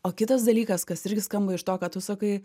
o kitas dalykas kas irgi skamba iš to ką tu sakai